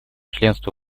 членство